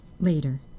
later